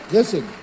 listen